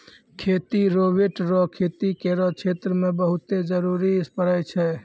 खेती रोवेट रो खेती करो क्षेत्र मे बहुते जरुरी पड़ै छै